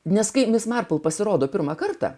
nes kaip nesmarkaus pasirodo pirmą kartą